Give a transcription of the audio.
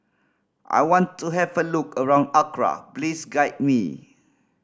I want to have a look around Accra please guide me